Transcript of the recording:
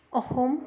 Assam